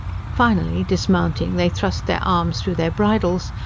finally, dismounting, they thrust their arms through their bridles,